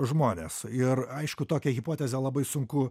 žmonės ir aišku tokią hipotezę labai sunku